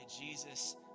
Jesus